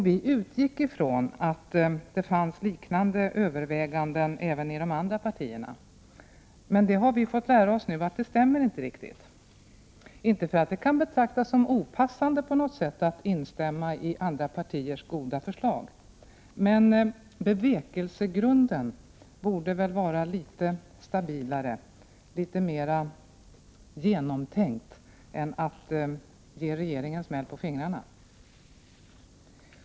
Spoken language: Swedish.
Vi utgick ifrån att det fanns liknande överväganden även i de andra partierna. Men nu har vi fått lära oss att det inte riktigt stämmer. Inte för att det kan betraktas som opassande på något sätt att instämma i andra partiers goda förslag, men bevekelsegrunden borde väl vara litet stabilare, litet mer genomtänkt, än att ge regeringen smäll på fingrarna.